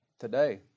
today